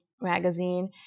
magazine